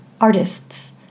artists